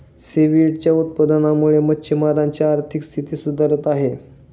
सीव्हीडच्या उत्पादनामुळे मच्छिमारांची आर्थिक स्थिती सुधारत आहे